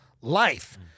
life